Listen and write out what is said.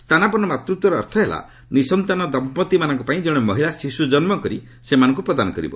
ସ୍ଥାନାପନ୍ନ ମାତୃତ୍ୱର ଅର୍ଥ ହେଲା ନିଃସନ୍ତାନ ଦମ୍ପତିମାନଙ୍କପାଇଁ ଜଣେ ମହିଳା ଶିଶୁ ଜନ୍କକରି ସେମାନଙ୍କୁ ପ୍ରଦାନ କରିବ